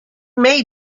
may